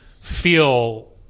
feel